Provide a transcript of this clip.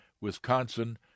Wisconsin